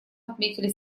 отметили